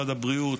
משרד הבריאות,